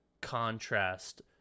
contrast